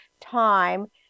time